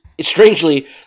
strangely